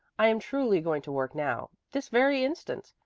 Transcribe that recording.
i am truly going to work now this very instant.